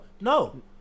No